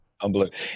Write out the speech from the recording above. Unbelievable